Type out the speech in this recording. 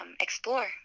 explore